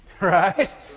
right